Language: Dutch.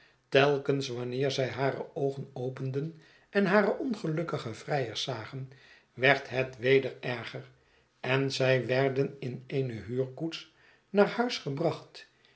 telkens wanneer zij hare oogen openden en hare ongelukkige vrijers zagen werd het weder erger en zij werden in eene huurkoets naar huis gebracht